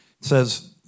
says